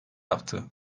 yaptı